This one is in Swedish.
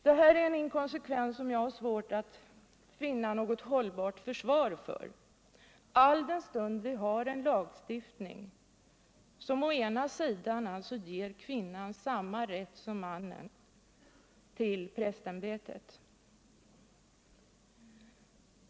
Detta är en inkonsekvens som jag har svårt att finna något hållbart försvar för — alldenstund vi har en lagstiftning som ger kvinnan samma rätt som mannen till prästämbetet.